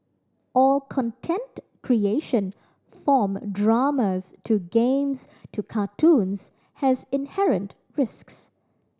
all content creation from dramas to games to cartoons has inherent risks